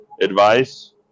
advice